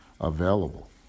available